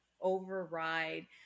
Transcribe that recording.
override